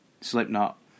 Slipknot